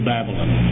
Babylon